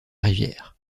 rivière